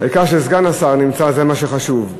העיקר שסגן השר נמצא, זה מה שחשוב.